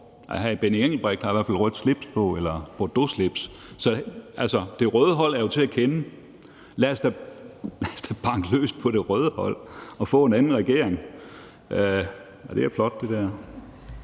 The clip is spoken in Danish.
Hr. Benny Engelbrecht har i hvert fald et rødt slips eller et bordeaux slips på. Altså, det røde hold er jo til at kende; lad os da banke løs på det røde hold og få en anden regering. Ja, det der